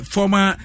Former